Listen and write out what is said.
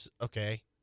okay